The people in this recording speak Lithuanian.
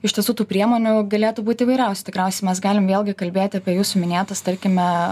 iš tiesų tų priemonių galėtų būt įvairiausių tikriausiai mes galim vėlgi kalbėti apie jūsų minėtas tarkime